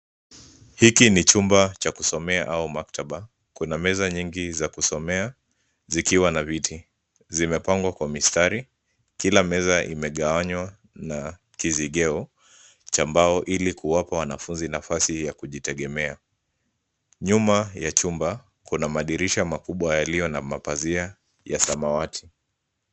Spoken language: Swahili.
Hiki ni chumba cha kusomea au maktaba. Kuna meza nyingi za kusomea, zikiwa na viti. Zimepangwa kwa mistari, kila meza imegawanywa na kizigeo cha mbao, ili kuwapa wanafunzi nafasi ya kujitegemea. Nyuma ya chumba kuna madirisha makubwa yaliyo na mapazia ya samawati.